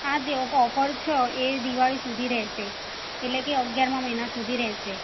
આ દેવ ઓફર છે એ દિવાળી સુધી રહેશે એટલે કે અગિયારમા મહિના સુધી રેહશે